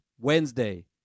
Wednesday